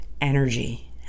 energy